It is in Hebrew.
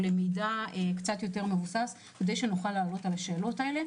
למידע קצת יותר מבוסס כדי שנוכל לעלות על השאלות האלה.